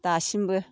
दासिमबो